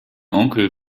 onkel